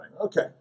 Okay